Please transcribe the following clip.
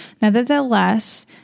Nevertheless